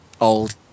old